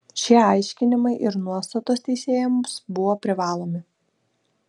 šie aiškinimai ir nuostatos teisėjams buvo privalomi